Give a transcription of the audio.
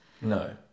no